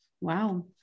Wow